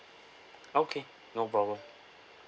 okay no problem